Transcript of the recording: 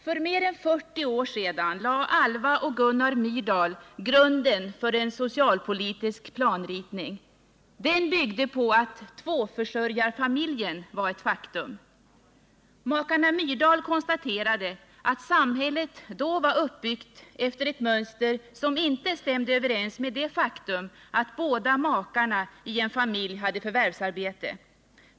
För mer än 40 år sedan lade Alva och Gunnar Myrdal grunden för en socialpolitisk planritning. Den byggde på att tvåförsörjarfamiljen var ett faktum. Makarna Myrdal konstaterade att samhället då var uppbyggt efter ett mönster som inte stämde överens med det faktum att båda makarna i en familj hade förvärvsarbete.